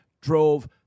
drove